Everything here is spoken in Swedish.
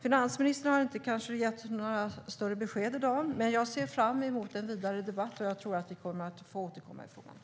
Finansministern har inte gett oss några egentliga besked i dag. Jag ser fram emot ytterligare debatt, för jag tror att vi får återkomma i frågan.